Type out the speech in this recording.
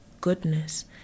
goodness